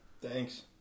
Thanks